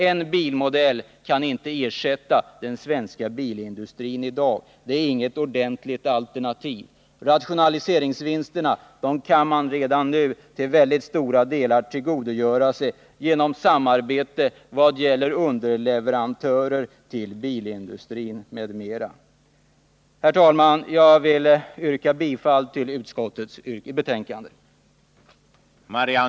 En bilmodell kan inte ersätta den svenska bilindustrin i dag, det är inget ordentligt alternativ. Rationaliseringsvinsterna kan man redan nu i mycket stor utsträckning tillgodogöra sig genom samarbete i fråga om underleverantörer till bilindustrin. Herr talman! Jag yrkar bifall till utskottets hemställan.